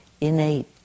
innate